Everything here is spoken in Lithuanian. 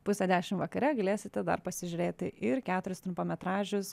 pusę dešim vakare galėsite dar pasižiūrėti ir keturis trumpametražius